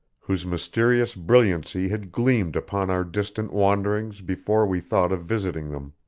whose mysterious brilliancy had gleamed upon our distant wanderings before we thought of visiting them.